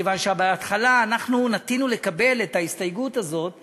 מכיוון שבהתחלה נטינו לקבל את ההסתייגות הזאת ולומר: